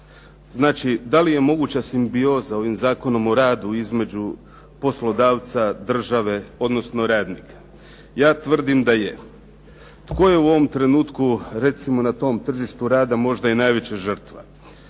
Znači, da li je moguća simbioza ovim Zakonom o radu između poslodavca, države odnosno radnika? Ja tvrdim da je. Tko je u ovom trenutku recimo na tom tržištu rada možda i najveća žrtva?